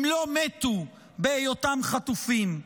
הם לא מתו בהיותם חטופים.